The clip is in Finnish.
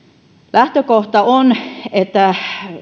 lähtökohta on että